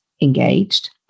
engaged